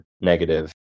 negative